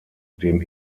dem